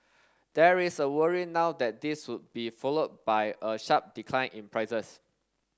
there is a worry now that this would be followed by a sharp decline in prices